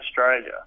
Australia